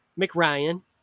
McRyan